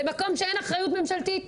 במקום שאין אחריות ממשלתית,